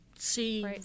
see